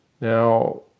Now